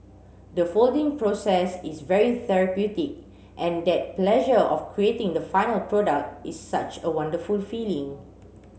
the folding process is very therapeutic and that pleasure of creating the final product is such a wonderful feeling